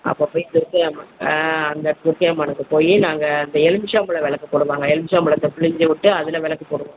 அப்போ போய் துர்க்கைம்மனுக்கு ஆ அந்த துர்க்கைம்மனுக்கு போய் நாங்கள் அந்த எலுமிச்சை பழ விளக்கு போடுவாங்க எலுமிச்ச பழ விளக்கு பிழிஞ்சி விட்டு அதில் விளக்கு போடுவோங்க